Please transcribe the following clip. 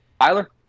Tyler